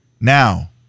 Now